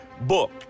book